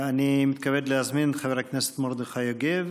אני מתכבד להזמין את חבר הכנסת מרדכי יוגב,